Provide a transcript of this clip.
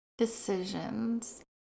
Decisions